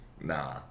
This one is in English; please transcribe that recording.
nah